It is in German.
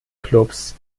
clubs